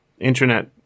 internet